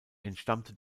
entstammte